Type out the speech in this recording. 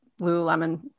Lululemon